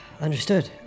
Understood